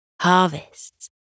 harvests